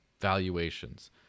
valuations –